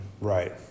Right